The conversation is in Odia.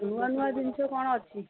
ନୂଆ ନୂଆ ଜିନିଷ କ'ଣ ଅଛି